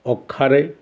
ଅଖାରେ